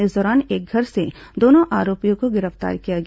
इस दौरान एक घर से दोनों आरोपियों को गिरफ्तार किया गया